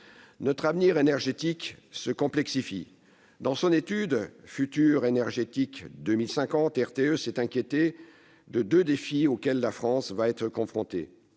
Notre avenir énergétique se complexifie. Dans son étude intitulée , RTE s'est inquiété des deux défis auxquels la France sera confrontée